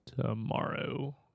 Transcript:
tomorrow